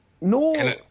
no